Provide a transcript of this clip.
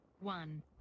One